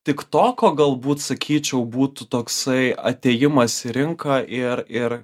tiktoko galbūt sakyčiau būtų toksai atėjimas į rinką ir ir